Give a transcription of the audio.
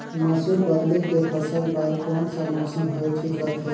मसुर बदले के फसल बार कोन सा मौसम हवे ठीक रथे?